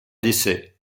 décès